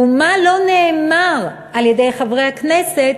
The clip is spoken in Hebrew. ומה לא נאמר על-ידי חברי הכנסת,